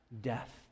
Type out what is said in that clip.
death